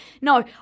no